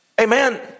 Amen